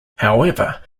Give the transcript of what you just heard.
however